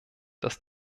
dass